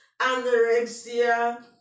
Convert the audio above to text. anorexia